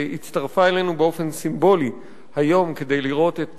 שהצטרפה אלינו באופן סימבולי היום כדי לראות את